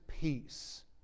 peace